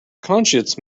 conscience